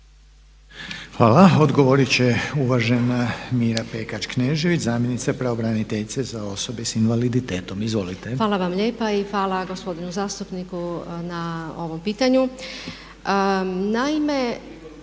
Hvala. Odgovorit će uvažena Mira Pekeč-Knežević, zamjenica pravobraniteljice za osobe sa invaliditetom. Izvolite. **Pekeč-Knežević, Mira** Hvala vam lijepa i hvala gospodinu zastupniku na ovom pitanju. Naime,